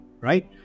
right